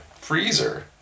freezer